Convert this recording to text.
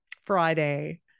Friday